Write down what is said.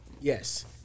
Yes